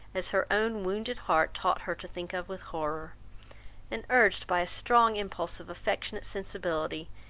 as her own wounded heart taught her to think of with horror and urged by a strong impulse of affectionate sensibility,